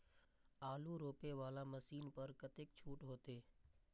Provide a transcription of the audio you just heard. आलू रोपे वाला मशीन पर कतेक छूट होते?